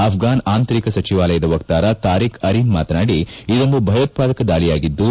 ಆಫ್ಲನ್ ಆಂತರಿಕ ಸಚಿವಾಲಯದ ವಕ್ತಾರ ತಾರೀಕ್ ಅರಿನ್ ಮಾತನಾಡಿ ಇದೊಂದು ಭಯೋತ್ವಾದಕ ದಾಳಿಯಾಗಿದ್ಲು